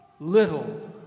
little